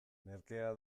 merkea